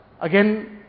again